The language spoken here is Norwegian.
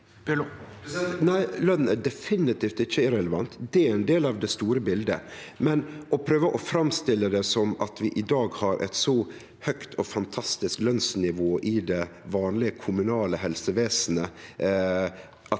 løn er defini- tivt ikkje irrelevant. Det er ein del av det store bildet. Likevel, å prøve å framstille det som at vi i dag har eit så høgt og fantastisk lønsnivå i det vanlege kommunale helsevesenet,